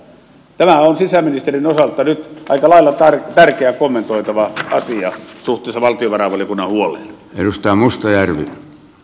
tämä on sisäministerin osalta nyt aika lailla tärkeä kommentoitava asia suhteessa valtiovarainvaliokunnan huoleen